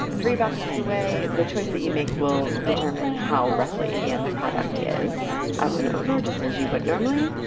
three boxes away, the choice that you make will determine how ruffly the end product is. up and over just as you would normally.